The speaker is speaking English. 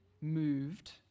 moved